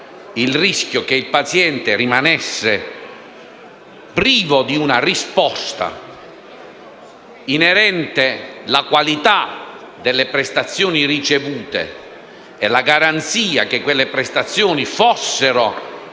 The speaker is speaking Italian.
il rischio che il paziente rimanesse privo di una risposta inerente alla qualità delle prestazioni ricevute e la garanzia che esse fossero